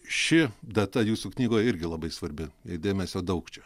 ši data jūsų knygoj irgi labai svarbi jai dėmesio daug čia